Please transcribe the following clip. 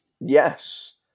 Yes